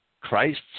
Christ